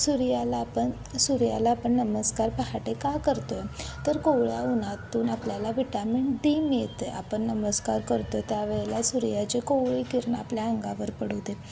सूर्याला आपण सूर्याला आपण नमस्कार पहाटे का करतो आहे तर कोवळ्या उन्हातून आपल्याला विटामिन डी मिळतं आहे आपण नमस्कार करतो आहे त्यावेळेला सूर्याचे कोवळी किरण आपल्या अंगावर पडू देत